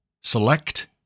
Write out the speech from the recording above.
select